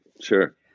Sure